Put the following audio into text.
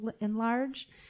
enlarge